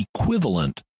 equivalent